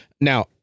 Now